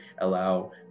allow